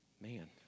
Man